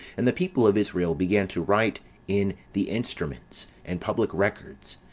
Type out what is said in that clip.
and the people of israel began to write in the instruments, and public records,